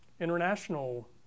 international